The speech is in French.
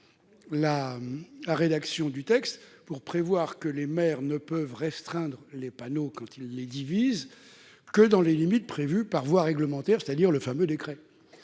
la rédaction du texte, en prévoyant que les maires ne peuvent restreindre les panneaux quand ils les divisent que dans les limites prévues par voie réglementaire, c'est-à-dire par le fameux décret.